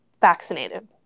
vaccinated